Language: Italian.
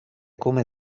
come